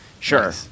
Sure